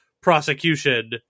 prosecution